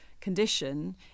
condition